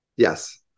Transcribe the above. Yes